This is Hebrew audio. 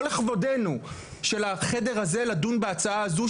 לא לכבודנו של החדר הזה לדון בהצעה הזו,